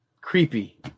Creepy